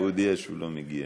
הוא הודיע שהוא לא מגיע.